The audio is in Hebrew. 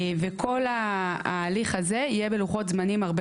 כל ההליך הזה יהיה בלוחות זמנים הרבה